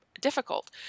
difficult